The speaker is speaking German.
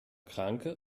kranke